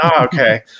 okay